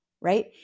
right